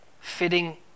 fitting